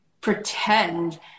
pretend